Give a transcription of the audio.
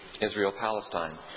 Israel-Palestine